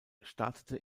startete